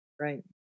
Right